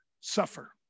suffer